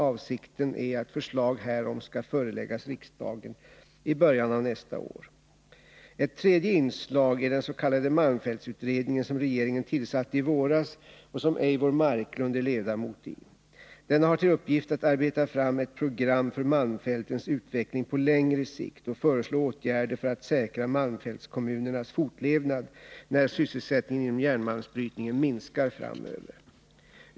Avsikten är att förslag härom skall föreläggas riksdagen i början av nästa år. Ett tredje inslag är den s.k. malmfältsutredningen som regeringen tillsatte i våras och som Eivor Marklund är ledamot i. Denna har till uppgift att arbeta fram ett program för malmfältens utveckling på längre sikt och föreslå åtgärder för att säkra malmfältskommunernas fortlevnad när sysselsättningen inom järnmalmsbrytningen minskar framöver.